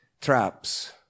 traps